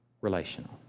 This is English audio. relational